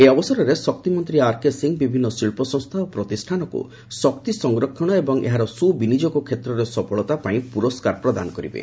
ଏହି ଅବସରରେ ଶକ୍ତିମନ୍ତ୍ରୀ ଆର୍କେ ସିଂହ ବିଭିନ୍ନ ଶିଳ୍ପସଂସ୍ଥା ଓ ପ୍ରତିଷ୍ଠାନକୁ ଶକ୍ତି ସଂରକ୍ଷଣ ଏବଂ ଏହାର ସୁବିନିଯୋଗ କ୍ଷେତ୍ରରେ ସଫଳତା ପାଇଁ ପୁରସ୍କାରମାନ ପ୍ରଦାନ କରିବେ